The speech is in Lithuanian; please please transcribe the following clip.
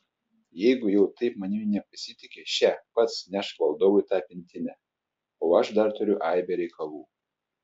jeigu jau taip manimi nepasitiki še pats nešk valdovui tą pintinę o aš dar turiu aibę reikalų